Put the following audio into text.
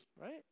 right